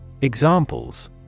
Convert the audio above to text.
Examples